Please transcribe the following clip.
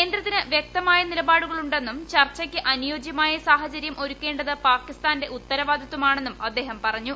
കേന്ദ്രത്തിന് വൃക്ത്മായ് നിലപാടുകളുണ്ടെന്നും ചർച്ചയ്ക്ക് അനുയോജ്യമായ സാഹൃചൂര്യും ഒരുക്കേണ്ടത് പാകിസ്ഥാന്റെ ഉത്തരവാദിത്തമാണെന്നും അദ്ദേഹം പറഞ്ഞു